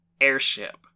airship